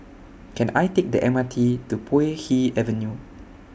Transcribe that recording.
Can I Take The M R T to Puay Hee Avenue